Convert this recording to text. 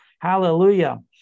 Hallelujah